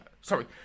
Sorry